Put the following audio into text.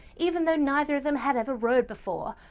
even though neither of them had ever rowed before.